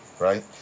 Right